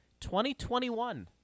2021